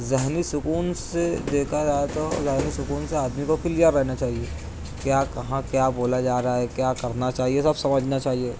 ذہنی سکون سے دیکھا جائے تو ذہنی سکون سے آدمی کو کلیئر رہنا چاہیے کیا کہاں کیا بولا جا رہا ہے کیا کرنا چاہیے سب سمجھنا چاہیے